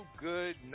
good